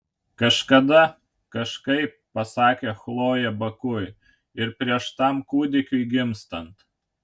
kažkada kažkaip pasakė chlojė bakui ir prieš tam kūdikiui gimstant